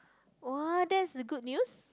!woah! that's the good news